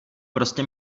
prostě